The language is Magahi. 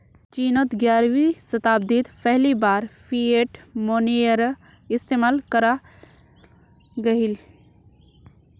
चिनोत ग्यारहवीं शाताब्दित पहली बार फ़िएट मोनेय्र इस्तेमाल कराल गहिल